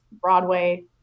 Broadway